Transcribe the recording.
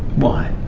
why?